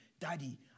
Daddy